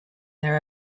their